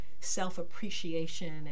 self-appreciation